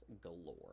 galore